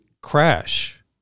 crash